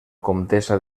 comtessa